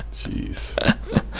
jeez